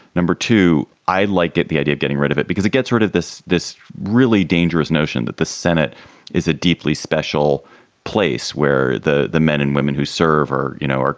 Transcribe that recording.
number two, i like get the idea of getting rid of it because it gets rid of this this really dangerous notion that the senate is a deeply special place where the the men and women who serve or, you know,